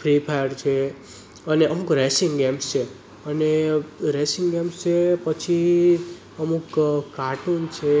free Fire છે અને અમુક રૅસિંગ ગેમ્સ છે અને રૅસિંગ ગેમ્સ છે પછી અમુક કાર્ટુન છે